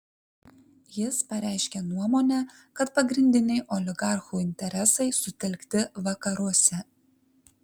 jis pareiškė nuomonę kad pagrindiniai oligarchų interesai sutelkti vakaruose